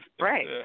right